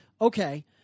Okay